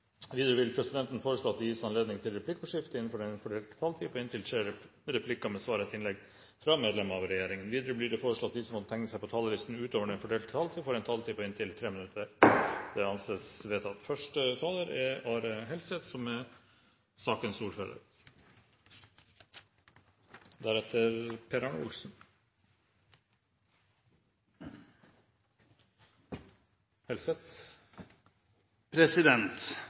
Videre vil presidenten foreslå at det gis anledning til replikkordskifte på inntil tre replikker med svar etter innlegg fra medlem av regjeringen innenfor den fordelte taletid. Videre blir det foreslått at de som måtte tegne seg på talerlisten utover den fordelte taletid, får en taletid på inntil 3 minutter. – Det anses vedtatt. Dette representantforslaget tar utgangspunkt i at noen pasienter er